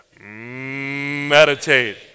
Meditate